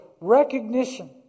recognition